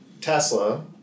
Tesla